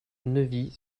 neuvy